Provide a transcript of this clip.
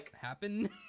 happen